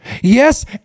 Yes